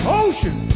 ocean